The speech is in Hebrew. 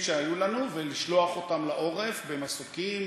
שהיו לנו ולשלוח אותם לעורף במסוקים,